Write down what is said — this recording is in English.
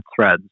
threads